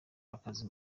akazi